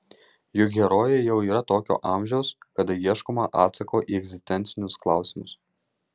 juk herojai jau yra tokio amžiaus kada ieškoma atsako į egzistencinius klausimus